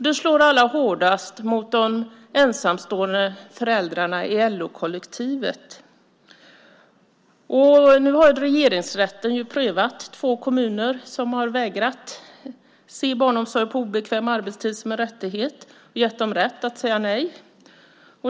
Det slår allra hårdast mot de ensamstående föräldrarna i LO-kollektivet. Nu har Regeringsrätten prövat två kommuner som har vägrat att se barnomsorg på obekväm arbetstid som en rättighet, och man har gett dem rätt att säga nej.